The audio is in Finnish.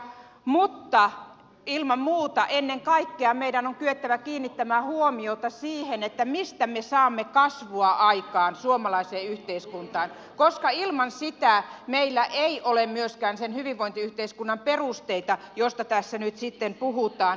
mutta ilman muuta ennen kaikkea meidän on kyettävä kiinnittämään huomiota siihen mistä me saamme kasvua aikaan suomalaiseen yhteiskuntaan koska ilman sitä meillä ei ole myöskään sen hyvinvointiyhteiskunnan perusteita joista tässä nyt sitten puhutaan